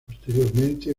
posteriormente